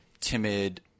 timid